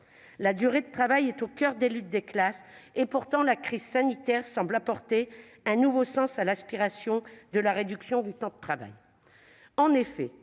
La durée de travail est au coeur des luttes de classes ; pourtant, la crise sanitaire semble donner un sens nouveau à l'aspiration à la réduction du temps de travail.